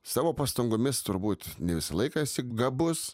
savo pastangomis turbūt ne visą laiką esi gabus